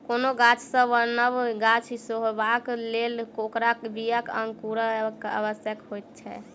कोनो गाछ सॅ नव गाछ होयबाक लेल ओकर बीया के अंकुरायब आवश्यक होइत छै